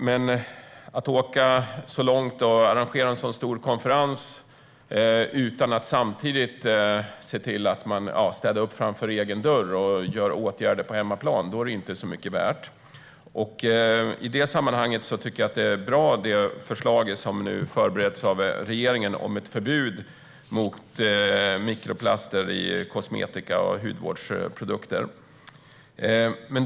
Men att åka så långt och att arrangera en så stor konferens är inte mycket värt om man inte samtidigt ser till att städa upp framför sin egen dörr och vidtar åtgärder på hemmaplan. I detta sammanhang tycker jag att det förslag som nu förbereds av regeringen - om ett förbud mot mikroplaster i kosmetika och hudvårdsprodukter - är bra.